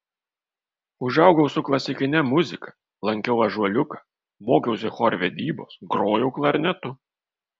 užaugau su klasikine muzika lankiau ąžuoliuką mokiausi chorvedybos grojau klarnetu